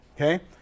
okay